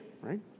right